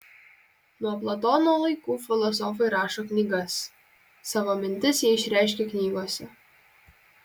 nuo platono laikų filosofai rašo knygas savo mintis jie išreiškia knygose